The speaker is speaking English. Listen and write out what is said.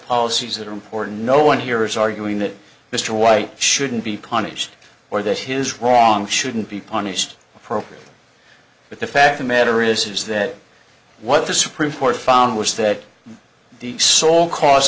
policies that are important no one here is arguing that mr white shouldn't be punished or that his wrong shouldn't be punished appropriately but the fact the matter is is that what the supreme court found was that the sole c